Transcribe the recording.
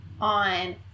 on